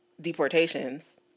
Deportations